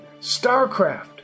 StarCraft